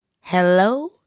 Hello